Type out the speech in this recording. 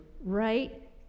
right